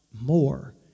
more